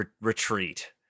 retreat